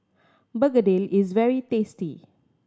Begedil is very tasty